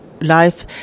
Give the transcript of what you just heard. life